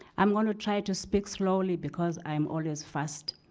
i'm gonna try to speak slowly because i'm always fast.